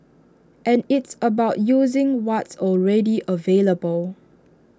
and it's about using what's already available